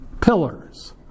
pillars